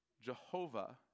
Jehovah